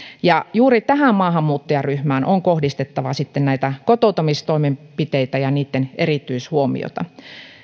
juuri tähän maahanmuuttajaryhmään on kohdistettava kotouttamistoimenpiteitä ja niitten erityishuomiota